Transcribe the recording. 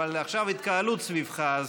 אבל עכשיו יש התקהלות סביבך,